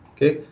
Okay